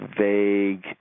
vague